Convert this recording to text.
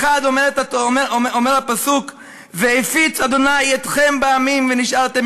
מחד אומר הפסוק "והפיץ ה' אתכם בעמים ונשארתם